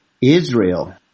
Israel